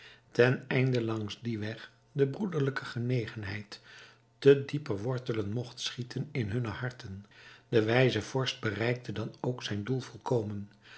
onderwijzers teneinde langs dien weg de broederlijke genegenheid te dieper wortelen mogt schieten in hunne harten de wijze vorst bereikte dan ook zijn doel volkomen